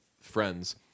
friends